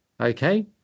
okay